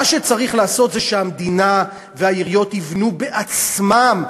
מה שצריך לעשות זה שהמדינה והעיריות יבנו בעצמן.